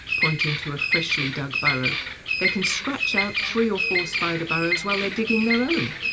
pointing to a freshly-dug burrow they can scratch out three or four spider burrows while they're digging their own.